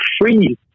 free